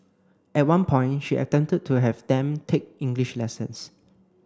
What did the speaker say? at one point she attempted to have them take English lessons